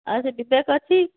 ଆଉ ସେ ବିବେକ୍ ଅଛି